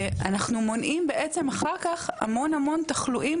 אנחנו מונעים אחר כך המון המון תחלואים,